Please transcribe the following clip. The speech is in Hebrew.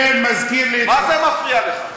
מה זה מפריע לך?